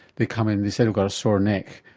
they come in, they say they've got a sore neck,